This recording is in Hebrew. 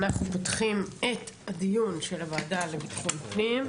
אנחנו פותחים את הדיון של הוועדה לביטחון הפנים,